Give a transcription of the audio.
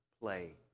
play